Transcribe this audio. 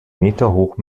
meterhoch